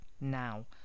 now